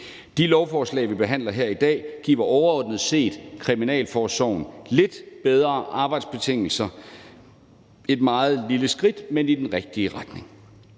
De lovforslag, vi behandler her i dag, giver overordnet set kriminalforsorgen lidt bedre arbejdsbetingelser – det er et meget lille skridt, men i den rigtige retning.